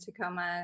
Tacoma